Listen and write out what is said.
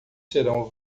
serão